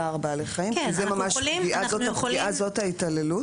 צער בעלי חיים, שזאת הפגיעה, זאת ההתעללות.